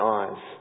eyes